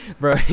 Bro